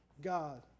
God